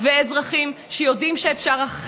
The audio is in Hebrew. אפשר היה